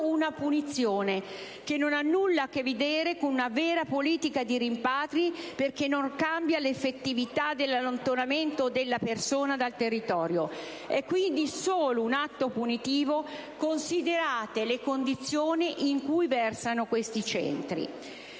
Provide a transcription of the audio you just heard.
una punizione che non ha nulla a che vedere con una vera politica di rimpatri, perché non cambia l'effettività dell'allontanamento della persona dal territorio. È quindi solo un atto punitivo, considerate le condizioni in cui versano questi Centri.